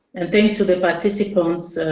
and thanks to the participants.